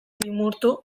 limurtu